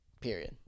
Period